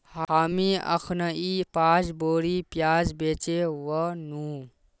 हामी अखनइ पांच बोरी प्याज बेचे व नु